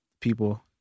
People